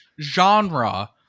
genre